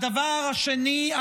הדבר השני,